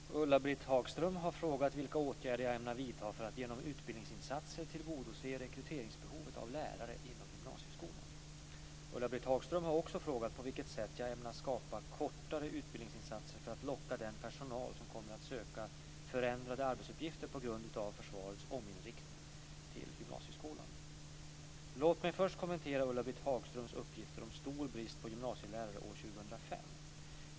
Fru talman! Ulla-Britt Hagström har frågat vilka åtgärder jag ämnar vidta för att genom utbildningsinsatser tillgodose rekryteringsbehovet av lärare inom gymnasieskolan. Ulla-Britt Hagström har också frågat på vilket sätt jag ämnar skapa kortare utbildningsinsatser till gymnasieskolan för att locka den personal som kommer att söka förändrade arbetsuppgifter på grund av försvarets ominriktning. Låt mig först kommentera Ulla-Britt Hagströms uppgifter om stor brist på gymnasielärare år 2005.